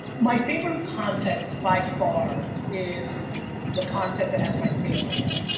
my favorite content by far, is the content that has my family in it.